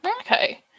okay